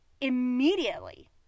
immediately